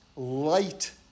Light